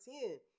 ten